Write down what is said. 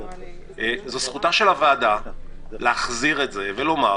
זו זכותה של הוועדה להחזיר את זה ולומר